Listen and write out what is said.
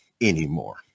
anymore